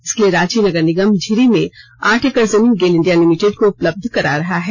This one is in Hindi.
इसके लिए रांची नगर निगम झिरी में आठ एकड़ जमीन गेल इंडिया लिमिटेड को उपलब्ध करा रहा है